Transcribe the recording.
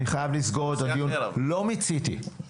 אני אומר לכם שלא מיציתי את הנושא.